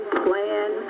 plan